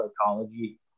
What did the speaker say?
psychology